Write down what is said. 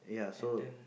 and then